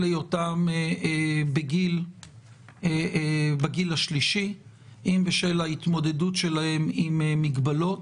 היותם בגיל השלישי ואם בשל ההתמודדות שלהם עם מגבלות,